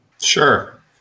Sure